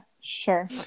sure